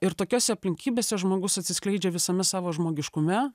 ir tokiose aplinkybėse žmogus atsiskleidžia visame savo žmogiškume